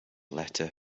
letter